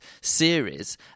series